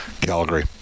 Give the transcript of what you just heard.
Calgary